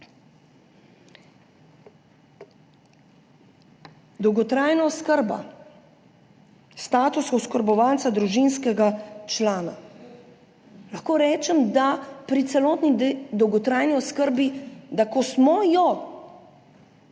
Dolgotrajna oskrba, status oskrbovalca družinskega člana – lahko rečem, da pri celotni dolgotrajni oskrbi, ko smo jo štiri